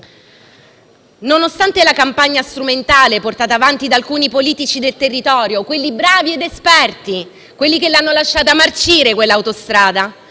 Nonostante la campagna strumentale portata avanti da alcuni politici del territorio (quelli bravi ed esperti, quelli che hanno lasciato marcire quell’autostrada)